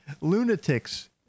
lunatics